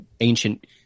ancient